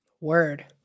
Word